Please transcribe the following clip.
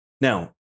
Now